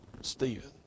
Stephen